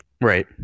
Right